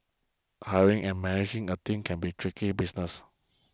hiring and managing a team can be tricky business